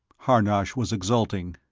harnosh was exulting.